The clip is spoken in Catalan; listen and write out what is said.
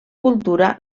cultura